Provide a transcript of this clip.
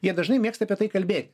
jie dažnai mėgsta apie tai kalbėti